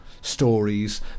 stories